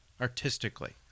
artistically